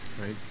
Right